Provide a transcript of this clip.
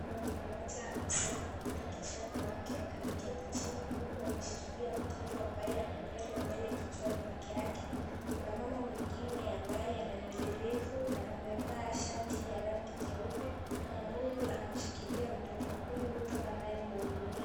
Mama mmoja amesonga matuta kichwani mwake, ameketi chini huku ameshikilia mtoto ambaye ana nywele mbele kichwani peke yake. Kuna mama mwingine ambaye ana nywele refu na amevaa shati ya rangi nyeupe, mama huyu anamshikilia mtoto huyu kama anayemhudumia.